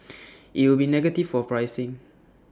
IT would be negative for pricing